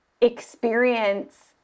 experience